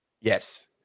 Yes